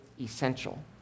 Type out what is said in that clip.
essential